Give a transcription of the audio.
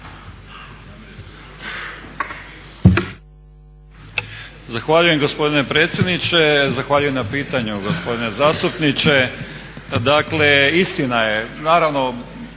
Zahvaljujem gospodine predsjedniče. Zahvaljujem na pitanju gospodine zastupniče.